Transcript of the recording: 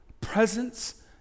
presence